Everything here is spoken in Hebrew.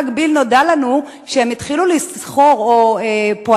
במקביל נודע לנו שהם התחילו לשכור פועלים